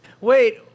Wait